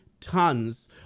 tons